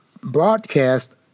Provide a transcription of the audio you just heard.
broadcast